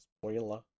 spoiler